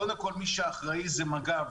קודם כל מי שאחראי זה מג"ב.